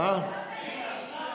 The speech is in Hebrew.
חברתיים (מענק עבודה)